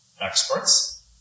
Experts